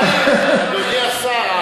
אדוני השר,